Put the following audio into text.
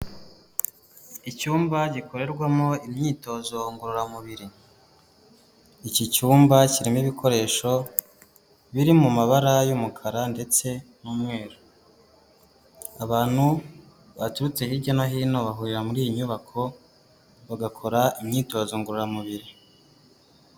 Icyumba gikorerwamo imyitozo ngororamubiri, iki cyumba kirimo ibikoresho biri mu mabara y'umukara ndetse n'umweru, abantu baturutse hirya no hino bahurira muri iyi nyubako bagakora imyitozo ngororamubiri.